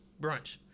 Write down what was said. brunch